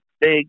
big